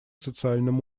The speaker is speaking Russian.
социальном